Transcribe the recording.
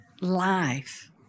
life